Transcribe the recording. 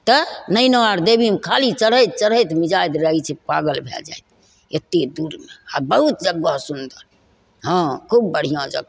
तऽ नैना आओर देवीमे खाली चढ़ैत चढ़ैत मिजाज लागै छै पागल भै जाएत एतेक दूरमे आओर बहुत जगह सुन्दर हाँ खूब बढ़िआँ जगह